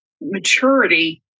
maturity